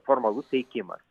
formalus teikimas